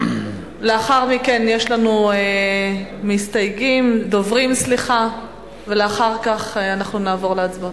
לאחר מכן יש לנו דוברים, ואחר כך נעבור להצבעה.